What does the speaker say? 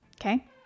Okay